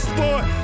Sport